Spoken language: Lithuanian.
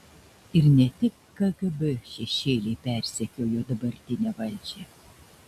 ir ne tik kgb šešėliai persekiojo dabartinę valdžią